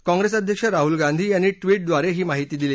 काँग्रेस अध्यक्ष राहल गांधी यांनी ट्विटद्वारे ही माहिती दिली